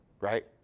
right